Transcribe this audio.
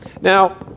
Now